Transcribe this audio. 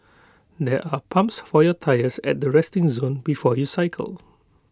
there are pumps for your tyres at the resting zone before you cycle